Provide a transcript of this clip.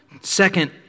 Second